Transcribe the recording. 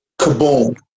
Kaboom